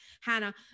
Hannah